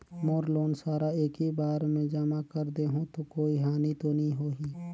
मोर loan सारा एकी बार मे जमा कर देहु तो कोई हानि तो नी होही?